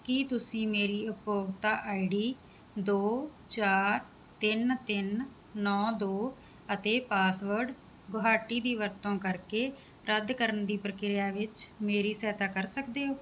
ਕੀ ਤੁਸੀਂ ਮੇਰੀ ਉਪਭੋਗਤਾ ਆਈ ਡੀ ਦੋ ਚਾਰ ਤਿੰਨ ਤਿੰਨ ਨੌ ਦੋ ਅਤੇ ਪਾਸਵਰਡ ਗੁਹਾਟੀ ਦੀ ਵਰਤੋਂ ਕਰਕੇ ਰੱਦ ਕਰਨ ਦੀ ਪ੍ਰਕਿਰਿਆ ਵਿੱਚ ਮੇਰੀ ਸਹਾਇਤਾ ਕਰ ਸਕਦੇ ਹੋ